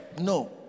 No